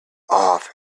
off